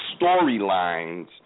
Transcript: storylines